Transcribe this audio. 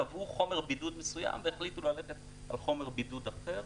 קבעו חומר בידוד מסוים והחליטו ללכת על חומר בידוד אחר.